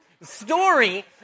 story